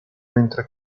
mentre